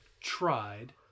tried